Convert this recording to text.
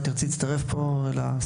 אולי תרצי להצטרף פה לשיח.